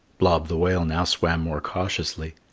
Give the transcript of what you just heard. blob the whale now swam more cautiously.